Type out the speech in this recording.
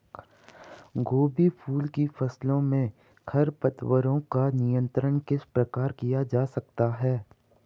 गोभी फूल की फसलों में खरपतवारों का नियंत्रण किस प्रकार किया जा सकता है?